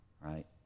right